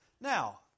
Now